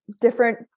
different